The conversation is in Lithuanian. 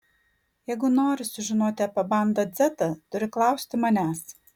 jeigu nori sužinoti apie banda dzeta turi klausti manęs